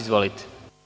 Izvolite.